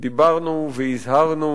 דיברנו והזהרנו